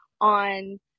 on